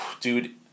Dude